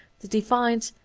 the divines,